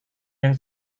yang